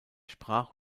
sprach